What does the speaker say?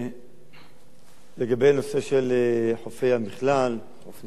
לגבי נושא של חופי ים בכלל וחוף נפרד,